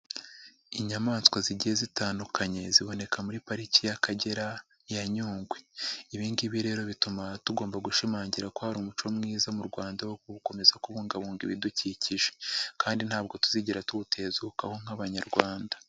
Inyamaswa zigiye zitandukanye ziboneka muri pariki y'Akagera ya Nyungwe. Ibi ngibi rero bituma tugomba gushimangira ko hari umuco mwiza mu Rwanda wo gukomeza kubungabunga ibidukikije. Kandi ntabwo tuzigera tuwutezukaho nk'abanyarwanda.